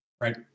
Right